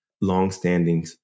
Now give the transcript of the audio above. long-standing